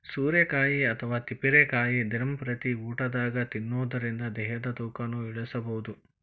ಸೋರೆಕಾಯಿ ಅಥವಾ ತಿಪ್ಪಿರಿಕಾಯಿ ದಿನಂಪ್ರತಿ ಊಟದಾಗ ತಿನ್ನೋದರಿಂದ ದೇಹದ ತೂಕನು ಇಳಿಸಬಹುದು